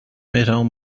مهربون